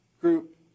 group